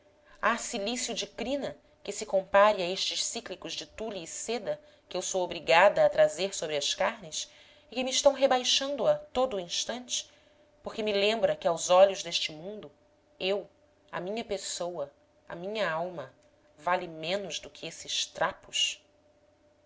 há cilício de crina que se compare a estes cíclicos de tule e seda que eu sou obrigada a trazer sobre as carnes e que me estão rebaixando a todo o instante porque me lembra que aos olhos deste mundo eu a minha pessoa a minha alma vale menos do que esses trapos